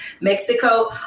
Mexico